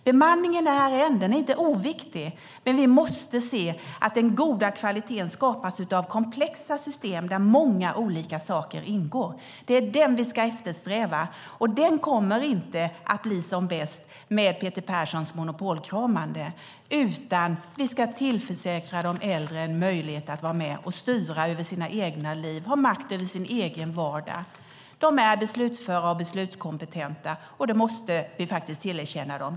Bemanningen är en - den är inte oviktig - men vi måste se att den goda kvaliteten skapas av komplexa system där många olika saker ingår. Det är den vi ska eftersträva. Och den kommer inte att bli som bäst med Peter Perssons monopolkramande, utan vi ska tillförsäkra de äldre en möjlighet att vara med och styra över sina egna liv, ha makt över sin egen vardag. De är beslutsföra och beslutskompetenta, och det måste vi faktiskt tillerkänna dem.